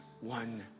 one